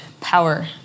power